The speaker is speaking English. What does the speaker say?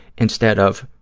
instead of,